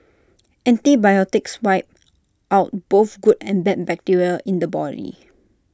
antibiotics wipe out both good and bad bacteria in the body